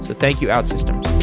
thank you outsystems